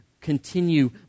continue